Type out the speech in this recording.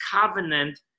covenant